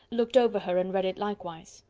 looked over her, and read it likewise.